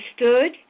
understood